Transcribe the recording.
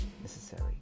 necessary